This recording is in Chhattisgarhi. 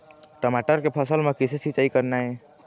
टमाटर के फसल म किसे सिचाई करना ये?